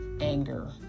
anger